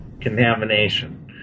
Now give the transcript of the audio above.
contamination